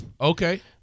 Okay